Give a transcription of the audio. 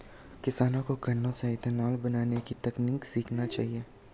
किसानों को गन्ने से इथेनॉल बनने की तकनीक सीखना चाहिए